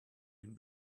him